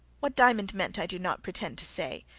what diamond meant, i do not pretend to say.